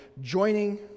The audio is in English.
joining